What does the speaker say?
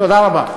תודה רבה.